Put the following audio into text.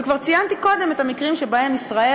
וכבר ציינתי קודם את המקרים שבהם ישראל,